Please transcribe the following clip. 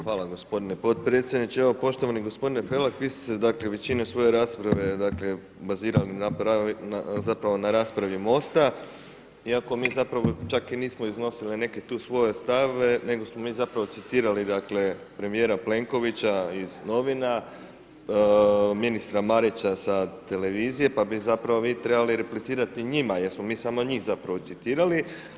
Hvala gospodine podpredsjedniče, evo poštovani gospodine Felak vi ste se dakle većine svoje rasprave dakle bazirali zapravo na raspravi MOST-a iako mi zapravo čak ni nismo iznosili neke tu svoje stavove, nego smo mi zapravo citirali dakle premijera Plenkovića iz novina, ministra Marića sa televizije, pa bi zapravo vi trebali replicirati njima jer smo mi samo njih zapravo citirali.